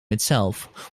itself